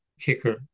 kicker